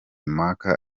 maka